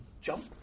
jump